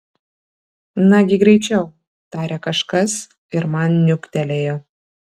nagi greičiau tarė kažkas ir man niuktelėjo